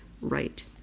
right